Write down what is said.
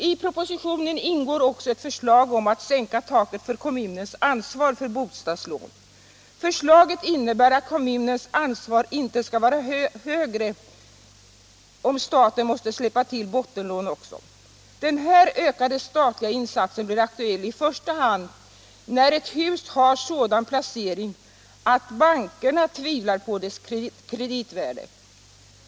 I propositionen ingår också ett förslag om att sänka taket för kommunens ansvar för bostadslån. Förslaget innebär att kommunens ansvar inte skall vara större, om staten måste släppa till bottenlån också. Den här ökade statliga insatsen blir aktuell i första hand när ett hus har sådan placering att bankerna tvivlar på dess kreditvärde.